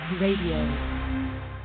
Radio